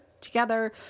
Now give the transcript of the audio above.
together